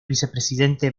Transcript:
vicepresidente